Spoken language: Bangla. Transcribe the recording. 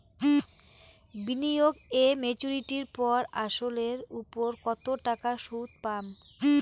বিনিয়োগ এ মেচুরিটির পর আসল এর উপর কতো টাকা সুদ পাম?